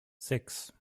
sechs